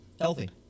Healthy